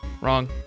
Wrong